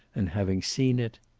and having seen it,